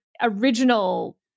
original